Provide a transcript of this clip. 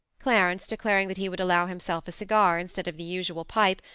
clarence, declaring that he would allow himself a cigar, instead of the usual pipe,